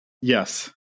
Yes